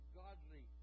godly